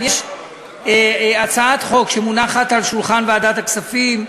יש הצעת חוק שמונחת על שולחן ועדת הכספים,